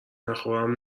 نخورم